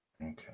Okay